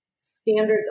standards